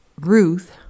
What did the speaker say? Ruth